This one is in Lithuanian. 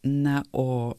na o